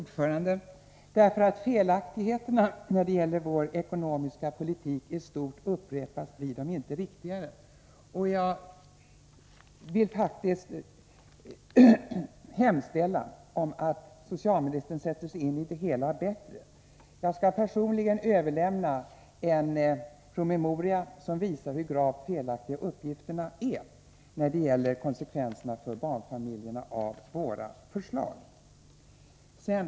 Herr talman! För att felaktigheterna när det gäller vår ekonomiska politik i stort upprepas blir de inte riktigare. Jag vill faktiskt hemställa om att socialministern bättre sätter sig in i det hela. Jag skall personligen överlämna en promemoria som visar hur gravt felaktiga uppgifterna är när det gäller konsekvenserna för barnfamiljerna av våra förslag.